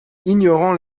ignorant